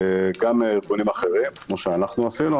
גם ארגונים אחרים, כפי שעשינו.